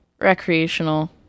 recreational